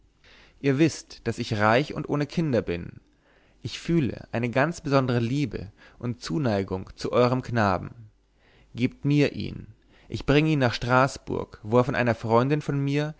ihr wißt daß ich reich und ohne kinder bin ich fühle eine ganz besondere liebe und zuneigung zu euerm knaben gebt mir ihn ich bringe ihn nach straßburg wo er von einer freundin von mir